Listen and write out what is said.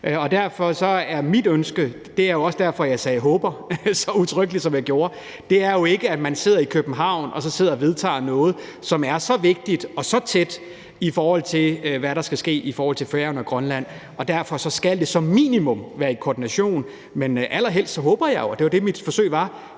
Derfor er mit ønske – det er også derfor, jeg sagde »håber« så udtrykkeligt, som jeg gjorde – jo ikke, at man sidder i København og vedtager noget, som er så vigtigt og så tæt på, i forhold til hvad der skal ske i forhold til Færøerne og Grønland. Og derfor skal det som minimum være i koordination, men allerhelst håber jeg jo – og det var det, der var